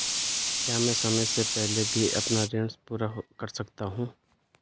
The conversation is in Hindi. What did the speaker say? क्या मैं समय से पहले भी अपना ऋण पूरा कर सकता हूँ?